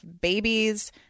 babies